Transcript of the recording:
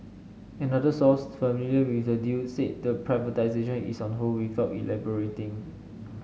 another source familiar with the deal said the privatisation is on hold without elaborating